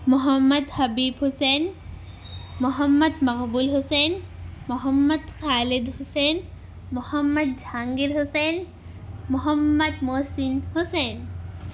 Muhammad Habib Hussain Muhammad Muhib ul-Hussain Muhammad Khalid Hussain Muhammad Jahangir Hussain Muhammad Mohsin Hussain